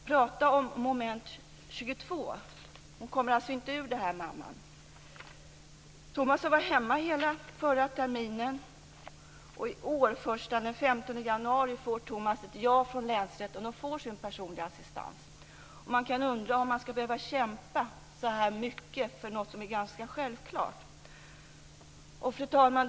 Prata om moment 22! Mamman kommer alltså inte ur det här. Tomas var hemma hela förra terminen, och först den 15 januari i år får Tomas ett ja från länsrätten och får sin personliga assistans. Jag undrar om man skall behöva kämpa så här mycket för någonting som är ganska självklart. Fru talman!